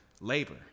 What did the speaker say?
labor